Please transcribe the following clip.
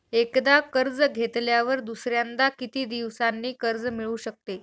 एकदा कर्ज घेतल्यावर दुसऱ्यांदा किती दिवसांनी कर्ज मिळू शकते?